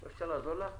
אני אומר: אפשר לעזור לך?